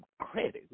credit